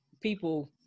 people